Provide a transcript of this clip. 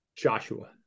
Joshua